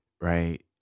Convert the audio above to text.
right